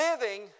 living